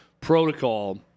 protocol